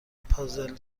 پازل